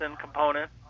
component